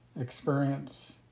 experience